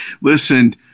Listen